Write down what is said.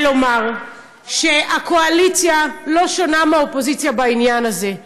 ולומר שהקואליציה לא שונה מהאופוזיציה בעניין הזה.